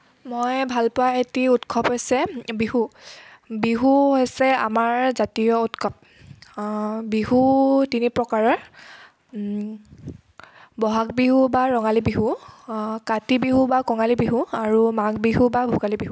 মই ভালপোৱা এটি উৎসৱ হৈছে বিহু বিহু হৈছে আমাৰ জাতীয় উৎসৱ বিহু তিনি প্ৰকাৰৰ বহাগ বিহু বা ৰঙালী বিহু কাতি বিহু বা কঙালী বিহু আৰু মাঘ বিহু বা ভোগালী বিহু